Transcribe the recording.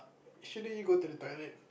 actually go to the toilet